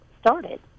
started